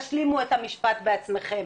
תשלימו את המשפט בעצמיכם.